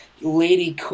lady